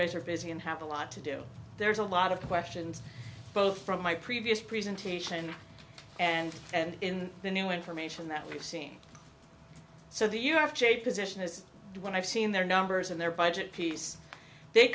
guys are busy and have a lot to do there's a lot of questions both from my previous presentation and and in the new information that we've seen so the you have jay position is when i've seen their numbers and their budget piece they